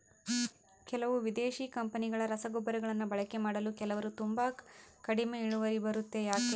ಕೆಲವು ವಿದೇಶಿ ಕಂಪನಿಗಳ ರಸಗೊಬ್ಬರಗಳನ್ನು ಬಳಕೆ ಮಾಡಿ ಕೆಲವರು ತುಂಬಾ ಕಡಿಮೆ ಇಳುವರಿ ಬರುತ್ತೆ ಯಾಕೆ?